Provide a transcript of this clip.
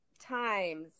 times